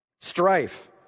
Strife